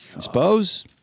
suppose